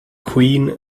queen